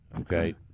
Okay